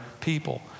people